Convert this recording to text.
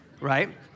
right